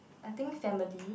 I think family